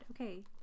Okay